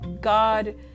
God